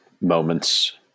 moments